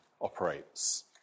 operates